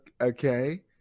okay